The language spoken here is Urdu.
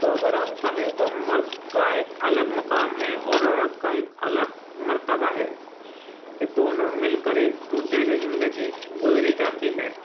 تو اگر ہم کہیں تو مرد کا ایک الگ مقام ہے اور عورت کا ایک الگ مرتبہ ہے کہ دونوں مل کر ایک دوسرے سے زندگی گُزاری جاتی ہے